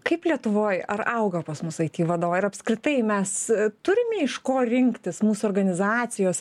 kaip lietuvoj ar auga pas mus aiti vadovai ar apskritai mes turime iš ko rinktis mūsų organizacijos